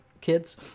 kids